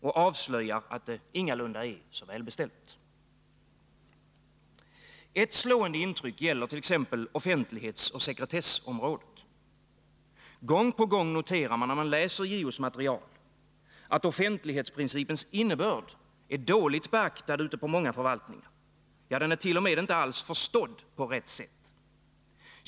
Och de avslöjar att det inom dessa områden ingalunda het är så välbeställt. Ett slående intryck gäller t. ex offentlighetsoch sekretessområdet. Gång på gång noterar man när man läser JO:s material, att offentlighetsprincipens innebörd är dåligt beaktad ute på många förvaltningar, ja, t.o.m. att den inte alls är förstådd på rätt sätt.